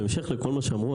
בהמשך לכל מה שאמרו,